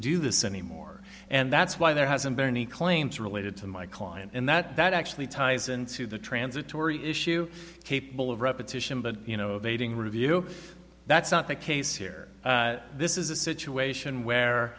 do this anymore and that's why there hasn't been any claims related to my client and that that actually ties into the transitory issue capable of repetition but you know baiting review no that's not the case here this is a situation where